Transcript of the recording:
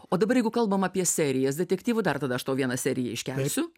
o dabar jeigu kalbam apie serijas detektyvų dar tada aš tau vieną seriją iškelsiu